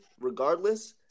regardless